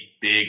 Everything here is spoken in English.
big